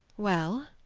well?